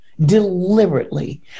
deliberately